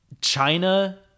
China